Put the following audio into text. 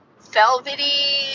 velvety